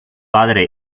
padre